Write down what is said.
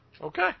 Okay